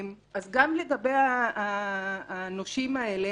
גם לגבי הנושים האלה,